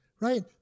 Right